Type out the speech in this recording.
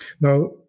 Now